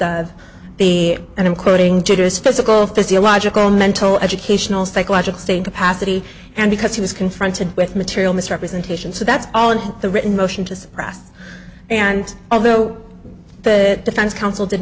quoting to this physical physiological mental educational psychological state capacity and because he was confronted with material misrepresentation so that's all in the written motion to suppress and although the defense counsel did